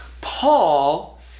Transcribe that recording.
Paul